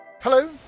Hello